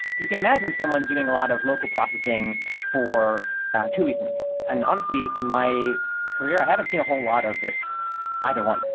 you can imagine someone doing a lot of local processing for two reasons. and honestly, in my career i haven't seen a whole lot of this either one.